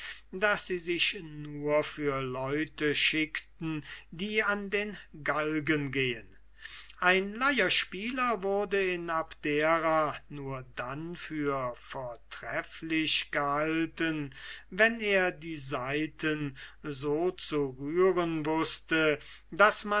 daß sie sich nur für leute schickten die an den galgen gehen diese widersinnigkeit er streckte sich über alle gegenstände des geschmacks ein leierspieler wurde in abdera nur dann für vortrefflich gehalten wenn er die saiten so zu rühren wußte daß